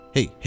Hey